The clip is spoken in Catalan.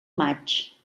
maig